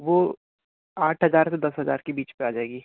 वो आठ हजार से दस हज़ार के बीच में आ जाएगी